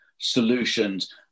solutions